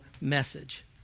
message